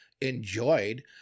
enjoyed